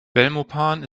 belmopan